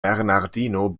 bernardino